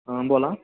हां बोला